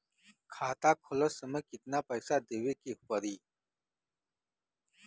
खाता खोलत समय कितना पैसा देवे के पड़ी?